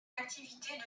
activité